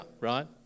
right